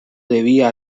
debía